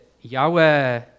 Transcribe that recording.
Yahweh